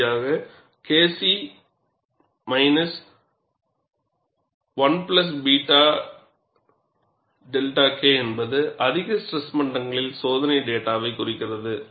இறுதியாக K c 1βδK என்பது அதிக ஸ்ட்ரெஸ் மட்டங்களில் சோதனை டேட்டாவைக் குறிக்கிறது